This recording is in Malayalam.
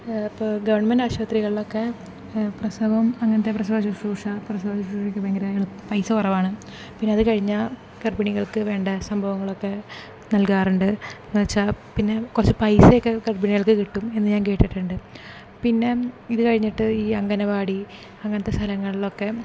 ഇപ്പോൾ ഗവണ്മെൻറ്റ് ആശുപത്രികളിലൊക്കെ പ്രസവം അങ്ങനത്തെ പ്രസവ ശുശ്രൂഷ പ്രസവ ശുശ്രൂഷയ്ക്ക് ഭയങ്കര പൈസ കുറവാണ് പിന്നെ അത് കഴിഞ്ഞാൽ ഗർഭിണികൾക്ക് വേണ്ട സംഭവങ്ങളൊക്കെ നൽകാറുണ്ട് എന്ന് വച്ചാൽ പിന്നെ കുറച്ച് പൈസ ഒക്കെ ഗർഭിണികൾക്ക് കിട്ടും എന്ന് ഞാൻ കേട്ടിട്ടുണ്ട് പിന്നെ ഇത് കഴിഞ്ഞിട്ട് ഈ അങ്കണവാടി അങ്ങനത്തെ സ്ഥലങ്ങളിലൊക്കെ